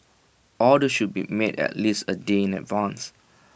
orders should be made at least A day in advance